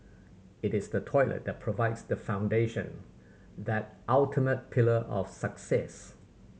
it is the toilet that provides the foundation that ultimate pillar of success